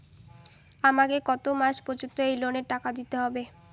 আমাকে কত মাস পর্যন্ত এই লোনের টাকা দিতে হবে?